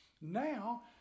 Now